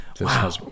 Wow